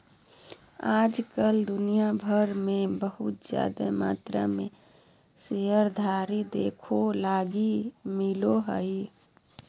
आज कल दुनिया भर मे बहुत जादे मात्रा मे शेयरधारी देखे लगी मिलो हय